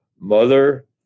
mother